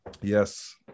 Yes